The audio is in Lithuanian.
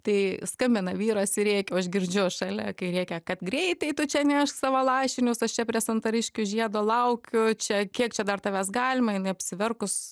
tai skambina vyras ir rėkia o aš girdžiu šalia kai rėkia kad greitai tu čia nešk savo lašinius aš čia prie santariškių žiedo laukiu čia kiek čia dar tavęs galima jinai apsiverkus